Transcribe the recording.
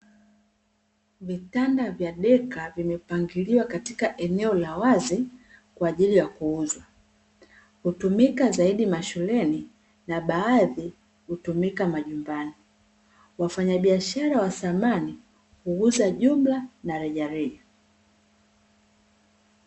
Vitanda vya deka vimepangiliwa katika eneo la wazi kwa ajili ya kuuzwa. Hutumika zaidi mashuleni na baadhi hutumika majumbani. Wafanyabiashara wa samani huuza jumla na rejareja.